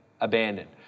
abandoned